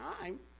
time